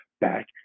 back